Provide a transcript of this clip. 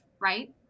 right